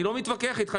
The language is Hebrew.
אני לא מתווכח אתך.